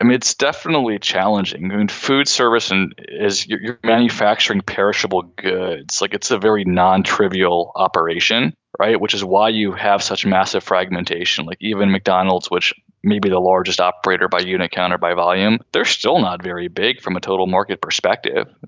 um it's definitely challenging and and food service and is manufacturing perishable? good. it's like it's a very non-trivial operation, right. which is why you have such a massive fragmentation like even mcdonald's, which may be the largest operator by unit, counter by volume. they're still not very big from a total market perspective.